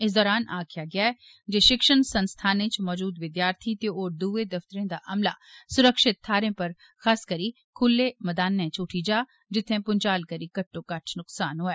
इस दौरान आक्खेआ गेआ ऐ जे शिक्षण संस्थाने च मजूद विद्यार्थी ते होर दूए दफतरे दा अमला सुरक्षित थाहरें पर खास करी खुल्ले मैदानें च उठी जान जित्थै भूंचाल करी घट्टोघट्ट नुक्सान होए